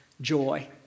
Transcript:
joy